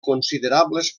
considerables